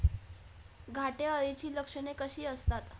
घाटे अळीची लक्षणे कशी असतात?